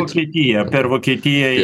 vokietiją per vokietiją į